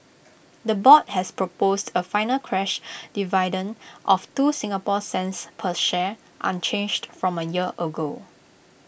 the board has proposed A final crash dividend of two Singapore cents per share unchanged from A year ago